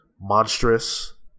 Monstrous